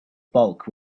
bulk